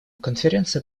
конференция